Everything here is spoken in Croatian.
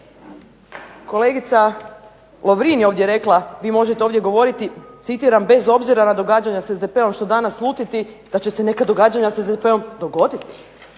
Kolegica Lovrin je ovdje rekla vi možete ovdje govoriti, citiram: "bez obzira na događanja s SDP-om" što da naslutiti da će se neka događanja s SDP-om dogoditi.